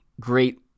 great